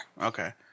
Okay